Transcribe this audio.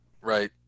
Right